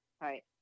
right